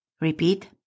Repeat